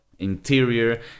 interior